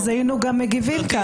אז היינו גם מגיבים ככה.